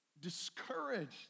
Discouraged